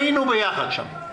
היינו ביחד שם.